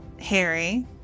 Harry